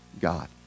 God